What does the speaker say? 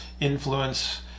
influence